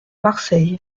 marseille